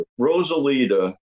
Rosalita